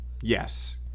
Yes